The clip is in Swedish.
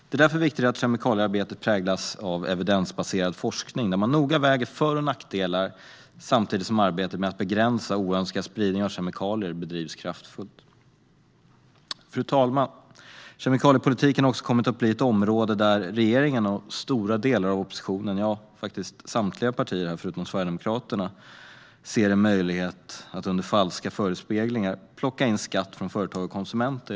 Det är därför viktigt att kemikaliearbetet präglas av evidensbaserad forskning, där man noga väger för och nackdelar samtidigt som arbetet med att begränsa oönskad spridning av kemikalier bedrivs kraftfullt. Fru talman! Kemikaliepolitiken har också kommit att bli ett område där regeringen och stora delar av oppositionen - ja, faktiskt samtliga partier här förutom Sverigedemokraterna - ser en möjlighet att under falska förespeglingar plocka in skatt från företag och konsumenter.